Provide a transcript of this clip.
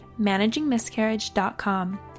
managingmiscarriage.com